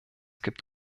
gibt